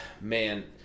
Man